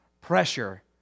pressure